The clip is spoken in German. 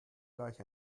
gleich